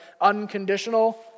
unconditional